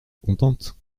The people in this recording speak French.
contente